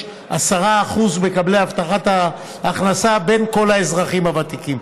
10% מקבלי הבטחת ההכנסה בין כל האזרחים הוותיקים.